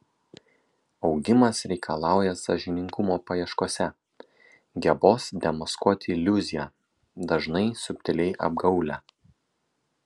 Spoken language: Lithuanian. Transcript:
augimas reikalauja sąžiningumo paieškose gebos demaskuoti iliuziją dažnai subtiliai apgaulią